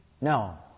No